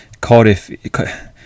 Cardiff